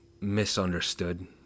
misunderstood